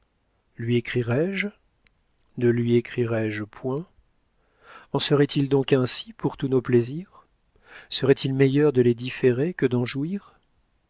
lui écrirai je ne lui écrirai je point en serait-il donc ainsi pour tous nos plaisirs serait-il meilleur de les différer que d'en jouir